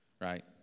right